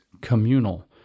communal